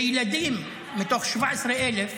וילדים, מתוך 17,000,